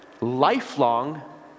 lifelong